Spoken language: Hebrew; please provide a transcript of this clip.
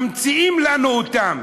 ממציאים לנו אותם.